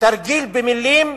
תרגיל במלים,